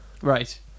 right